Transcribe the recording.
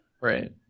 Right